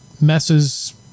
messes